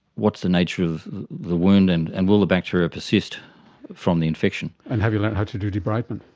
what's the nature of the wound and and will the bacteria persist from the infection? and have you learned how to do debridement?